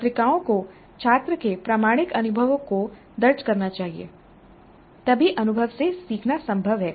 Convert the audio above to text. पत्रिकाओं को छात्र के प्रामाणिक अनुभवों को दर्ज करना चाहिए तभी अनुभव से सीखना संभव है